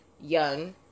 Young